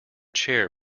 chair